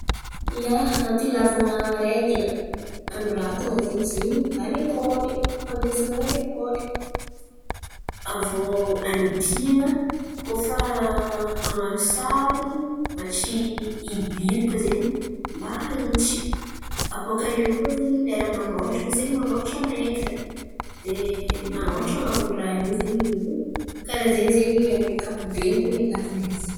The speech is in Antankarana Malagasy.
Ia, antony ilàvan̈a regila anoratan̈a zen̈y izy iny a lekôly fampiasan̈a a lekôly. Aviô anipihan̈a koa fa han̈ano sary mba tsy hibiloka zen̈y mba hahitsy. Abôkaiô koa zen̈y lera manoratra, misy koa zen̈y manoratra amy regila. De man̈ôratra an̈abon'ny raha io zen̈y olo io. Karà ze zen̈y amin'ny ankapobeny ten̈a ilàvan̈a izy.